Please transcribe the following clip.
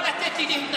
כדי לא לתת לי להתנגד,